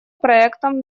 проектом